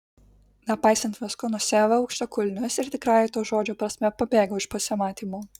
nepaisant visko nusiaviau aukštakulnius ir tikrąja to žodžio prasme pabėgau iš pasimatymo